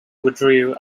withdrew